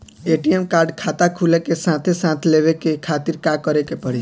ATM card खाता खुले के साथे साथ लेवे खातिर का करे के पड़ी?